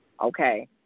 okay